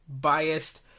biased